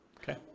Okay